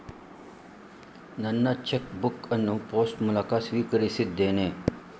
ನನ್ನ chequebook ಅನ್ನು post ಮೂಲಕ ಸ್ವೀಕರಿಸಿದ್ದೇನೆ